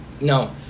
No